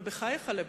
אבל בחייך, לברק?